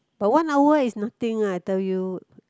but one hour is nothing ah I tell you